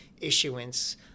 issuance